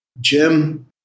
Jim